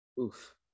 Oof